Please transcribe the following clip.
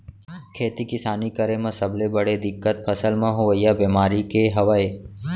खेती किसानी करे म सबले बड़े दिक्कत फसल म होवइया बेमारी के हवय